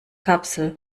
kapsel